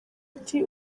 ati